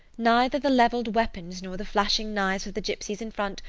neither the levelled weapons nor the flashing knives of the gypsies in front,